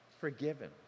forgiven